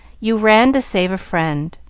you ran to save a friend,